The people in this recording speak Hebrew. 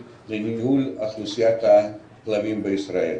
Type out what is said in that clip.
לניהול אוכלוסיית הכלבים בישראל.